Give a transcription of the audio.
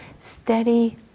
steady